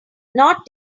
not